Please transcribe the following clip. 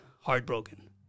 heartbroken